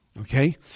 okay